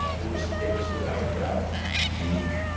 it was it was without a doubt unique.